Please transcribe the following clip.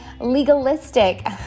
legalistic